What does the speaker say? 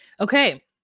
Okay